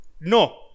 No